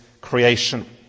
creation